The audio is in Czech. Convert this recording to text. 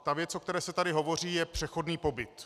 Ta věc, o které se tady hovoří, je přechodný pobyt.